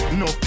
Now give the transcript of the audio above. no